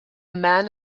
man